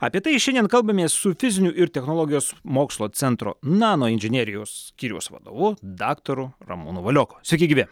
apie tai šiandien kalbamės su fizinių ir technologijos mokslo centro nanoinžinerijos skyriaus vadovu daktaru ramūnu valioku sveiki gyvi